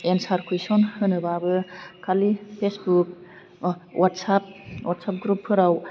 एनसार कुइसन होनोबाबो खालि फेसबुक अवाटसाब ग्रुपफोराव